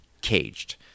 Caged